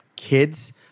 kids